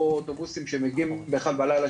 או אוטובוסים שמגיעים ב- 1 בלילה,